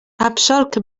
absolc